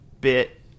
bit